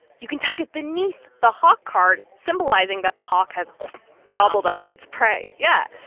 you can tuck it beneath the hawk card, symbolizing that the hawk has gobbled up its prey. yeah.